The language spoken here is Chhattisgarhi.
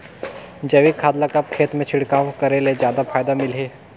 जैविक खाद ल कब खेत मे छिड़काव करे ले जादा फायदा मिलही?